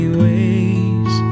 ways